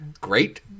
great